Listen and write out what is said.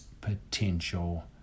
Potential